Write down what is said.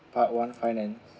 part one finance